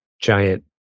giant